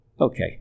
Okay